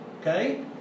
okay